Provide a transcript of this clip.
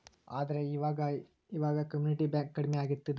ಆದ್ರೆ ಈವಾಗ ಇವಾಗ ಕಮ್ಯುನಿಟಿ ಬ್ಯಾಂಕ್ ಕಡ್ಮೆ ಆಗ್ತಿದವ